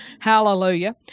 Hallelujah